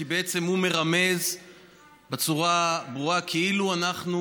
כי בעצם הוא מרמז בצורה ברורה כאילו אנחנו